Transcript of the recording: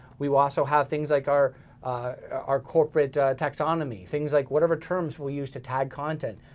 we will also have things like our our corporate taxonomy, things like whatever terms we use to tag content,